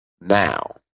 now